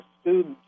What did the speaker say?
students